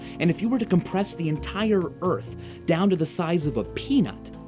and if you were to compress the entire earth down to the size of a peanut,